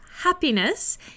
happiness